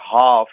half